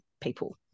people